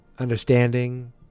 Understanding